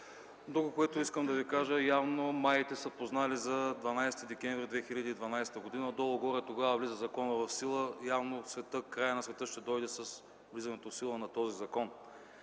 Другото, което искам да Ви кажа – явно маите са познали за 12 декември 2012 г. Горе-долу тогава законът влиза в сила – явно краят на света ще дойде с влизането в сила на този закон.